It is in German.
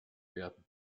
werden